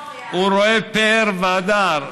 רואה פאר והדר,